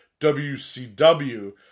WCW